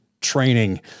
training